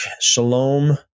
shalom